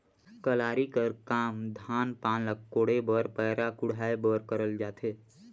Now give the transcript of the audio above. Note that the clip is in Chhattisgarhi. कलारी कर काम धान पान ल कोड़े बर पैरा कुढ़ाए बर करल जाथे